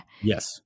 Yes